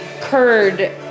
curd